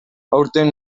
aurten